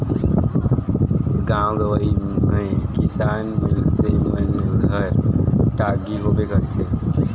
गाँव गंवई मे किसान मइनसे मन घर टागी होबे करथे